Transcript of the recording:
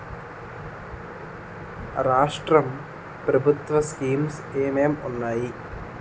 రాష్ట్రం ప్రభుత్వ స్కీమ్స్ ఎం ఎం ఉన్నాయి?